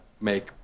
make